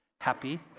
happy